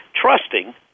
trusting